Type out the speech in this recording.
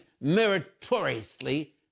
meritoriously